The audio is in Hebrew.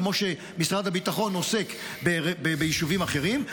כמו שמשרד הביטחון עוסק ביישובים אחרים.